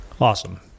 Awesome